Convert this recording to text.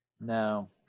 No